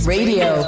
Radio